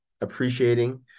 appreciating